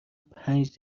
پنج